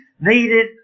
needed